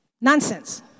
Nonsense